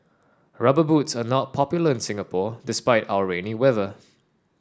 rubber boots are not popular in Singapore despite our rainy weather